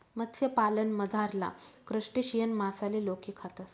मत्स्यपालनमझारला क्रस्टेशियन मासाले लोके खातस